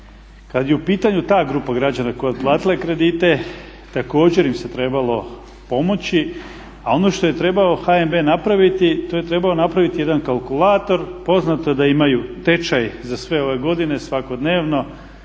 kad je u pitanja ta grupa građana koja je otplatila kredite također im se treba pomoći, a ono što je trebao HNB napraviti to je trebao napraviti jedan kalkulator. Poznato je da imaju tečaj za sve ove godine svakodnevno